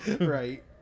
Right